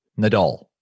Nadal